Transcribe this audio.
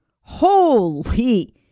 holy